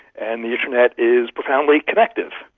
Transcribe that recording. and the internet is profoundly connective.